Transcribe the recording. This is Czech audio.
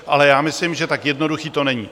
Ale já myslím, že tak jednoduché to není.